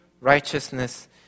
righteousness